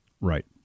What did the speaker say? Right